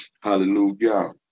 Hallelujah